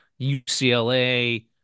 UCLA